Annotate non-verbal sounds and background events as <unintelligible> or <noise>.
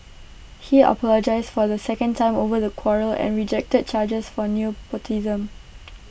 he apologised for A second time over the quarrel and rejected charges for new <unintelligible>